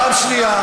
פעם שנייה.